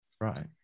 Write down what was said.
Right